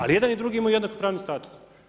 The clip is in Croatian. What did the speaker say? Ali jedan i drugi imaju jednak pravni status.